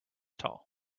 tall